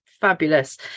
Fabulous